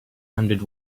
hundred